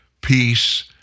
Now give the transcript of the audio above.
peace